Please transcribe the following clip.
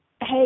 hey